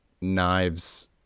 knives